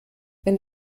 wenn